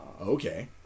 Okay